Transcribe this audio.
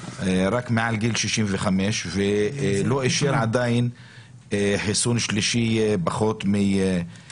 רק מעל גיל 65 ועדיין לא אישר חיסון שלישי לגיל שהוא פחות מ-65.